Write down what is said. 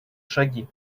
шаги